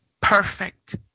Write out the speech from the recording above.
perfect